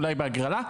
אולי בהגרלה,